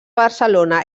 barcelona